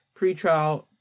pretrial